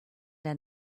der